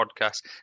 podcast